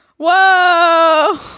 Whoa